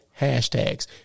hashtags